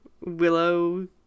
willow